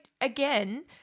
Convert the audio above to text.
again